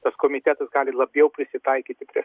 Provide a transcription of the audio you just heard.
tas komitetas gali labiau prisitaikyti prie